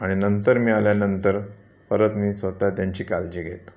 आणि नंतर मी आल्यानंतर परत मी स्वतः त्यांची काळजी घेतो